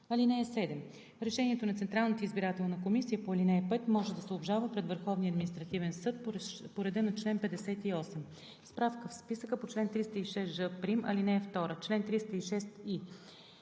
чл. 73. (7) Решението на Централната избирателна комисия по ал. 5 може да се обжалва пред Върховния административен съд по реда на чл. 58. Справка в списъка по чл. 306ж', ал. 2 Чл. 306и.